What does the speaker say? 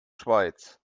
schweiz